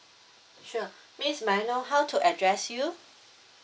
sure miss may I know how to address you